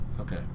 Okay